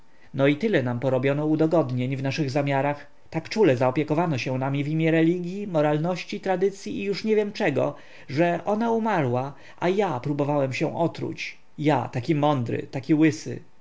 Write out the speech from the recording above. no i tyle nam porobiono udogodnień w naszych zamiarach tak czule zaopiekowano się nami w imię religii moralności tradycyi i już nie wiem czego że ona umarła a ja próbowałem się otruć ja taki mądry taki łysy